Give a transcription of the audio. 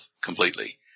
completely